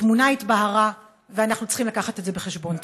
התמונה התבהרה, ואנחנו צריכים להביא את זה בחשבון.